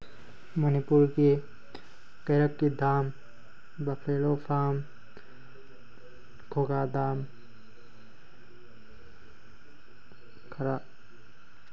ꯃꯅꯤꯄꯨꯔꯒꯤ ꯇꯦꯔꯛꯀꯤ ꯗꯥꯝ ꯕꯐꯦꯂꯣ ꯐꯥꯝ ꯈꯨꯒꯥ ꯗꯥꯝ ꯈꯔ